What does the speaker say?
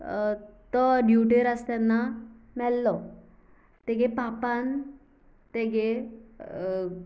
तो ड्युटेर आसा तेन्ना मेल्लो तेगे पापान तेगे